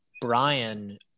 Brian